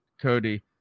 Cody